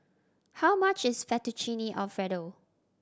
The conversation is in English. how much is Fettuccine Alfredo